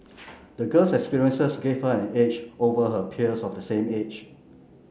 the girl's experiences gave her an edge over her peers of the same age